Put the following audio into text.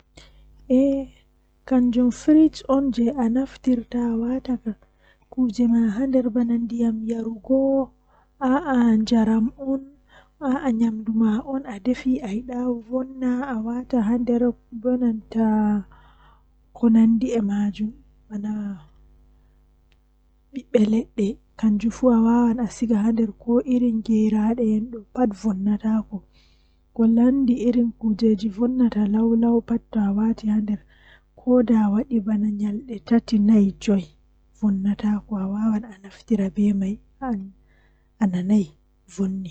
Demngal mi burdaa yiduki mi waawa kanjum woni arabre, mi yidi mi waawa arabre masin ngam bo kowadi tomi yahi lesde arab en do mi wolwa be arabre mi faama be be faama mi nden haa jangugo qur'anu bo tomi don janga mi anda ko mi jangata nden mi waawan fassurki.